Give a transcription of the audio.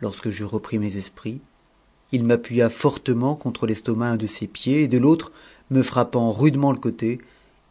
lorsque j'eus repris mes esprits il m'appuya fortement contre l'estomac un de ses pieds et de l'autre me frappant rudement le côté